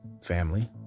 family